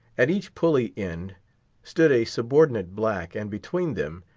at each pully-end stood a subordinate black, and between them,